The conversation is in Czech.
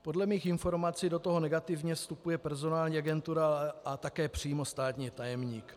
Podle mých informací do toho negativně vstupuje personální agentura a také přímo státní tajemník.